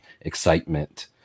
excitement